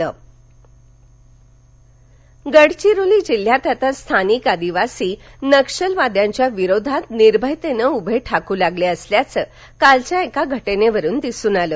नक्षल गडचिरोली गडचिरोली जिल्ह्यात आता स्थानिक आदिवासी नक्षलवाद्यांच्या विरोधात निर्भयतेनं उभे ठाकू लागले असल्याचं कालच्या क्रि घटनेवरून दिसून आलं